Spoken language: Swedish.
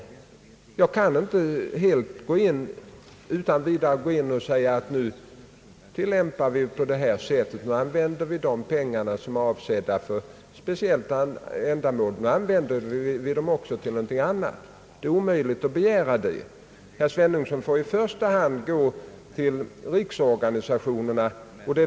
Jag kan inte utan vidare säga att vi nu tillämpar bestämmelserna på så sätt att vi använder de pengar, som är avsedda för ett speciellt ändamål, också till någonting annat. Det är omöjligt att begära detta. Herr Svenungsson får i första hand gå till riksorganisationerna.